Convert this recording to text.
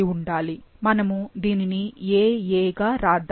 మనము దీనిని "Aa" గా రాద్దాము